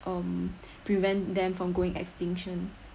um prevent them from going extinction